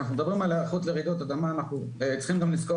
היערכות לרעידות אדמה אנחנו צריכים גם לזכור